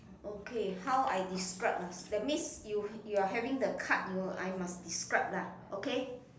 okay how I describe ah that means you you're having the card I must describe lah okay